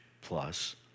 plus